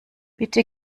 bitte